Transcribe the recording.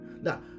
Now